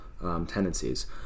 tendencies